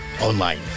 online